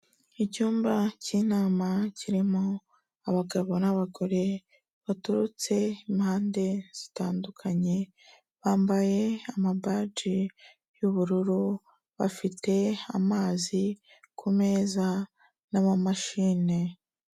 Icyumba k'inama kirimo abagabo n'abagore baturutse impande zitandukanye, bambaye amabaji y'ubururu, bafite amazi ku meza n'amamashine.